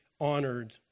honored